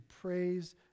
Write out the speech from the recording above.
praise